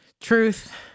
truth